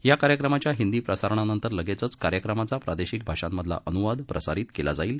या कार्यक्रमाच्या हिंदी प्रसारणानंतर लगेचच कार्यक्रमाचा प्रादेशिक भाषांमधला अनुवाद प्रसारित केला जाईल